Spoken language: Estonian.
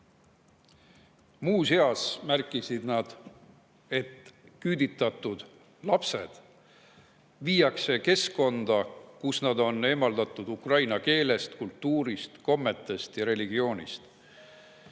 Muuseas märkisid nad, et küüditatud lapsed viiakse keskkonda, kus nad on eemaldatud ukraina keelest, kultuurist, kommetest ja religioonist.